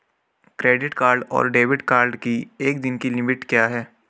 Credit card और debit card की एक दिन की लिमिट क्या है?